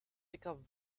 pickup